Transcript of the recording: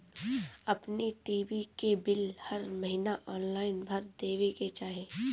अपनी टी.वी के बिल हर महिना ऑनलाइन भर देवे के चाही